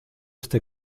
este